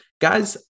guys